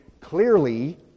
clearly